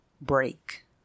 break